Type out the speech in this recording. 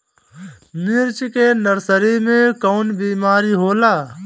मिर्च के नर्सरी मे कवन बीमारी होला?